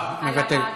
על מה את מוותרת?